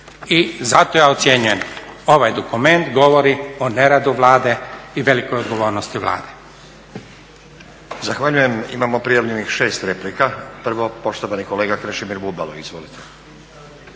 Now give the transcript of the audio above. I zato ja ocjenjujem ovaj dokument govori o neradu Vlade i velikoj odgovornosti Vlade.